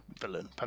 villain